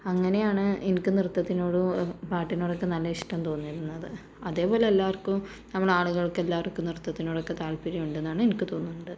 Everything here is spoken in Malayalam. അങ്ങനെയാണ് എനിക്ക് നൃത്തത്തിനോടും പാട്ടിനോടൊക്കെ നല്ല ഇഷ്ടം തോന്നുന്നത് അതുപോലെ എല്ലാവർക്കും നമ്മളാളുകളെല്ലാവർക്കും നൃത്തത്തിനോടൊക്കെ താത്പര്യം ഉണ്ടെന്നാണ് എനിക്ക് തോന്നുന്നത്